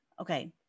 Okay